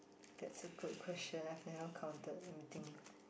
that's a good question I've never counted anything